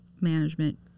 Management